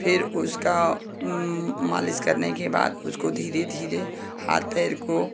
फिर उसका मालिश करने के बाद उसको धीरे धीरे हाथ पैर को